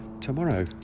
tomorrow